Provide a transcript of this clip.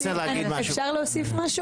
אפשר להוסיף משהו?